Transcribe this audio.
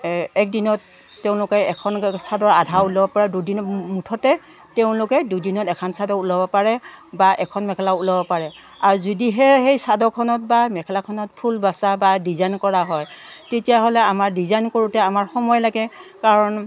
একদিনত তেওঁলোকে এখন চাদৰ আধা ওলাব পাৰে দুদিন মুঠতে তেওঁলোকে দুদিনত এখন চাদৰ ওলাব পাৰে বা এখন মেখেলা ওলাব পাৰে আৰু যদি সেয়ে সেই চাদৰখনত বা মেখেলাখনত ফুল বাচা বা ডিজাইন কৰা হয় তেতিয়াহ'লে আমাৰ ডিজাইন কৰোঁতে আমাৰ সময় লাগে কাৰণ